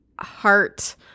heart